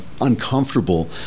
uncomfortable